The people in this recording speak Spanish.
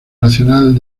nacional